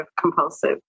compulsive